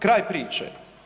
Kraj priče.